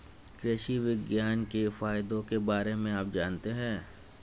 कृषि विज्ञान के फायदों के बारे में आप जानते हैं?